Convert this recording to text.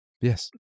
Yes